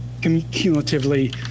cumulatively